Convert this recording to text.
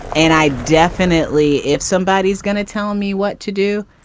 and i definitely if somebody is going to tell me what to do,